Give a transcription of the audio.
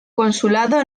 consulado